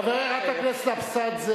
חברת הכנסת נינו אבסדזה,